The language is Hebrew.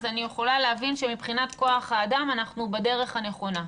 אז אני יכולה להבין שמבחינת כוח האדם אנחנו בדרך הנכונה.